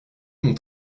mon